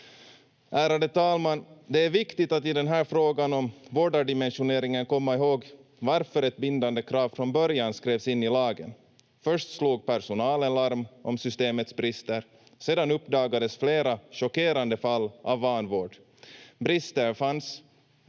Ärade talman! Det är viktigt att i den här frågan om vårdardimensioneringen komma ihåg varför ett bindande krav från början skrevs in i lagen. Först slog personalen larm om systemets brister, sedan uppdagades flera chockerande fall av vanvård. Brister fanns